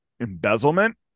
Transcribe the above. embezzlement